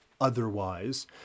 otherwise